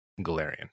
Galarian